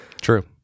true